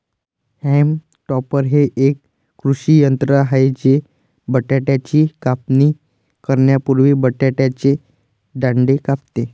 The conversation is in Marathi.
हॉल्म टॉपर हे एक कृषी यंत्र आहे जे बटाट्याची कापणी करण्यापूर्वी बटाट्याचे दांडे कापते